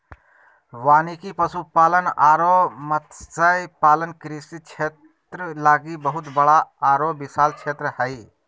वानिकी, पशुपालन अरो मत्स्य पालन कृषि क्षेत्र लागी बहुत बड़ा आरो विशाल क्षेत्र हइ